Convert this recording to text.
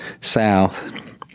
south